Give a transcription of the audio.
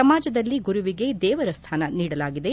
ಸಮಾಜದಲ್ಲಿ ಗುರುವಿಗೆ ದೇವರ ಸ್ಟಾನ ನೀಡಲಾಗಿದೆ